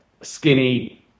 skinny